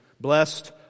blessed